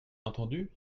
entendu